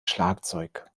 schlagzeug